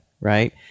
right